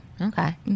okay